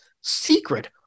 secret